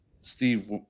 Steve